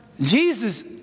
Jesus